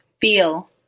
feel